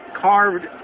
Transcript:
carved